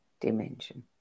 dimension